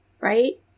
Right